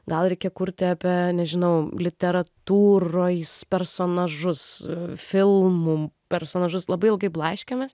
gal reikia kurti apie nežinau literatūroj personažus filmų personažus labai ilgai blaškėmės